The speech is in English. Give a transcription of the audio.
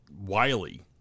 Wiley